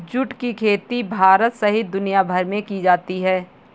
जुट की खेती भारत सहित दुनियाभर में की जाती है